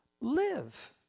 Live